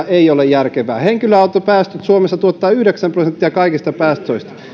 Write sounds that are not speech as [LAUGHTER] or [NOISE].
[UNINTELLIGIBLE] ei ole järkevää henkilöautopäästöt suomessa tuottavat yhdeksän prosenttia kaikista päästöistä